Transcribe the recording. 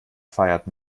feiert